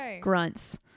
grunts